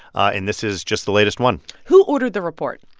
and this is just the latest one who ordered the report?